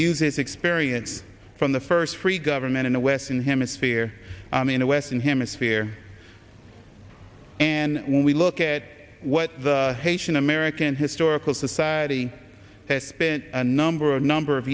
uses experience from the first free government in the western hemisphere in the western hemisphere and when we look at what the haitian american historical society has spent a number a number of